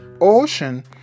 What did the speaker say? ocean